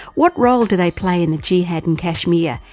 what role do they play in the jihad in kashmir,